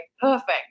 Perfect